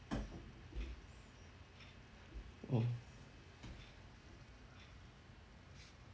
oh